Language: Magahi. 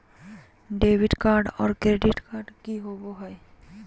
डेबिट कार्ड और क्रेडिट कार्ड की होवे हय?